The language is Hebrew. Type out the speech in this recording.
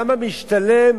למה משתלם